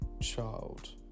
child